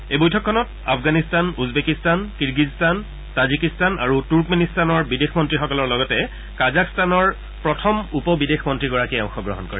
এই বৈঠকখনত Afghanistan Uzbekistan Kyrgyzstan Tajikistan আৰু তুৰ্ক মেনিস্তানৰ বিদেশ মন্ত্ৰীসকলৰ লগতে কাজাখস্তানৰ প্ৰথম উপ বিদেশ মন্ত্ৰীগৰাকীয়ে অংশ গ্ৰহণ কৰে